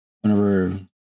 whenever